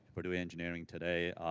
purdue engineering today.